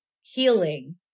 healing